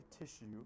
tissue